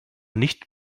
nicht